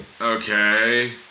okay